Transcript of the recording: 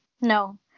no